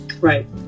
Right